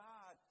God